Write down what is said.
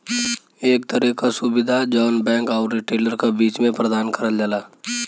एक तरे क सुविधा जौन बैंक आउर रिटेलर क बीच में प्रदान करल जाला